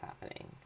happening